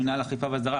מינהל האכיפה והסדרה,